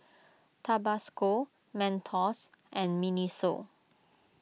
Tabasco Mentos and Miniso